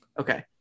Okay